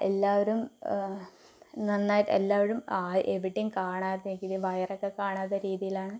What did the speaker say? എല്ലാവരും നന്നായിട്ട് എല്ലാവരും എവിടെയും കാണാത്തക്ക വയറൊക്കെ കാണാത്ത രീതിയിലാണ്